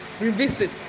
revisit